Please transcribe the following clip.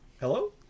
Hello